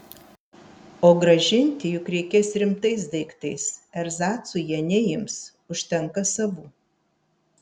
o grąžinti juk reikės rimtais daiktais erzacų jie neims užtenka savų